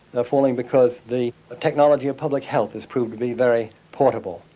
falling because the technology of public health has proved to be very portable.